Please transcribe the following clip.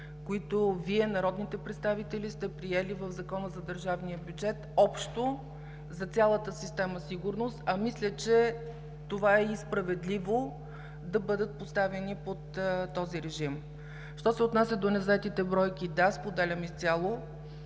които Вие, народните представители, сте приели в Закона за държавния бюджет общо за цялата система „Сигурност“, а мисля, че това е и справедливо да бъдат поставени под този режим. Що се отнася до незаетите бройки. Да, споделям изцяло